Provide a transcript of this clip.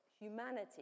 humanity